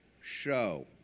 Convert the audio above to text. show